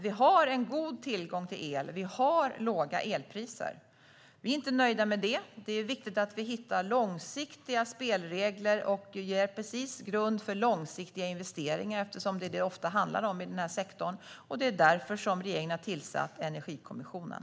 Vi har en god tillgång till el, och vi har låga elpriser. Vi är inte nöjda med det. Det är viktigt att vi hittar långsiktiga spelregler och ger en precis grund för långsiktiga investeringar, eftersom det är det som det ofta handlar om i den här sektorn. Det är därför som regeringen har tillsatt Energikommissionen.